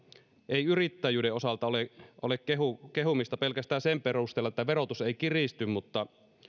ei yrittäjyyden osalta ole kehumista kehumista pelkästään sen perusteella että verotus ei kiristy mutta